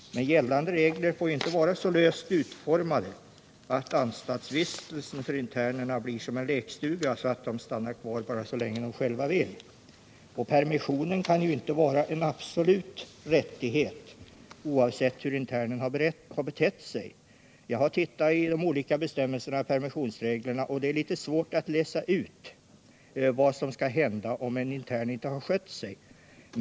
Men gällande regler får inte vara så löst utformade att anstaltsvistelsen för internerna blir som en lekstuga, så att de stannar kvar bara så länge de själva vill. Permissionen kan vidare inte få vara en absolut rättighet, oavsett hur internen har betett sig. Jag har sett på de olika bestämmelserna och permissionsreglerna och funnit att det är litet svårt att där läsa ut vad som skall hända om en intern inte har skött sig.